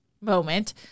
moment